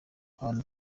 abantu